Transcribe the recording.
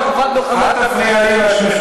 אל תפריע לי.